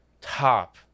top